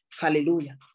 hallelujah